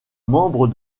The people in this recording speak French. membres